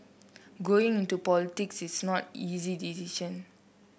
going into politics is not easy decision